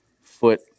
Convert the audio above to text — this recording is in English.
foot